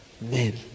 men